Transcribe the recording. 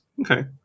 Okay